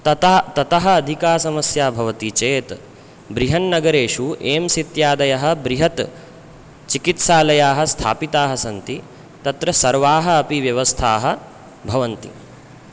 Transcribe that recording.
तता ततः अधिका समस्या भवति चेत् बृहन्नगरेषु एम्स् इत्यादयः बृहत् चिकित्सालयाः स्थापिताः सन्ति तत्र सर्वाः अपि व्यवस्थाः भवन्ति